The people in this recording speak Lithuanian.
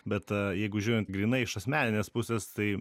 bet jeigu žiūrint grynai iš asmeninės pusės tai